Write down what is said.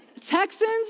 Texans